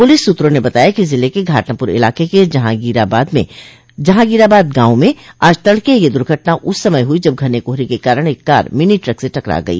police सूत्रों ने बताया है कि जिले के घाटमपुर इलाक के जहांगीराबाद गांव में आज तड़के यह दुर्घटना उस समय हुई जब घने कोहरे के कारण एक कार मिनी ट्रक से टकरा गई